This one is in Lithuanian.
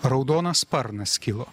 raudonas sparnas kilo